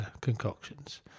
concoctions